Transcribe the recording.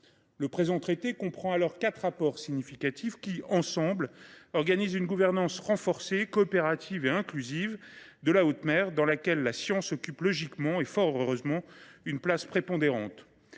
Le présent traité comprend ainsi quatre apports significatifs qui, pris ensemble, organisent une gouvernance renforcée, coopérative et inclusive de la haute mer, dans laquelle la science occupe logiquement et fort heureusement une place prépondérante.